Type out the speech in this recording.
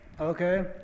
Okay